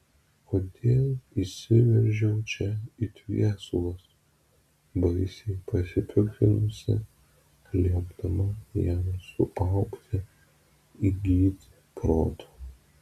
kodėl įsiveržiau čia it viesulas baisiai pasipiktinusi liepdama jam suaugti įgyti proto